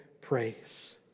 praise